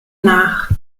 nach